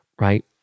right